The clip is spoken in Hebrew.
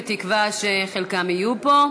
בתקווה שחלקם יהיו פה.